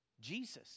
Jesus